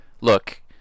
look